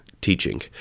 teaching